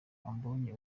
ambonye